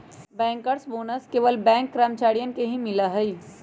Bankers bonus केवल bank कर्मचारियन के ही मिला हई का?